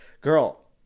girl